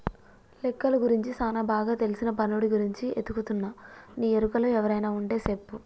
లెక్కలు గురించి సానా బాగా తెల్సిన పనోడి గురించి ఎతుకుతున్నా నీ ఎరుకలో ఎవరైనా వుంటే సెప్పు